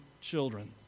children